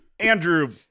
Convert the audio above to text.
Andrew